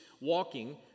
walking